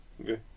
Okay